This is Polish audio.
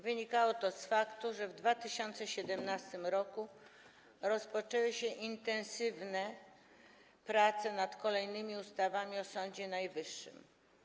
Wynikało to z faktu, że w 2017 r. rozpoczęły się intensywne prace nad kolejnymi ustawami o Sądzie Najwyższym.